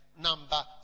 number